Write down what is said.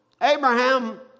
Abraham